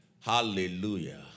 Hallelujah